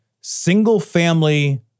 single-family